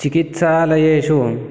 चिकित्सालयेषु